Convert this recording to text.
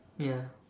ya